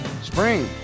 Spring